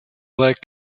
black